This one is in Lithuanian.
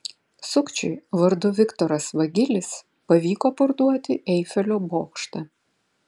sukčiui vardu viktoras vagilis pavyko parduoti eifelio bokštą